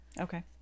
okay